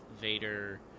Vader